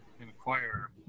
inquire